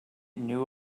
knew